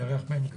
רם,